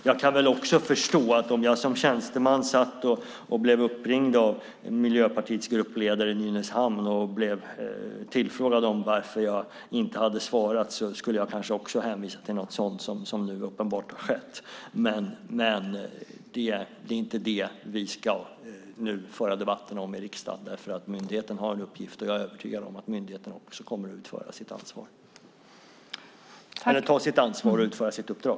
Jag kan också tänka mig att om jag som tjänsteman blev uppringd av Miljöpartiets gruppledare i Nynäshamn och blev tillfrågad varför jag inte hade svarat skulle jag kanske också ha hänvisat till något sådant som det som nu uppenbarligen har skett. Men det är inte det vi ska föra debatten om i riksdagen nu. Myndigheten har en uppgift, och jag är övertygad om att myndigheten också kommer att klara att ta sitt ansvar och utföra sitt uppdrag.